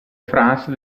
france